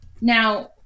Now